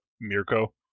Mirko